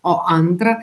o antra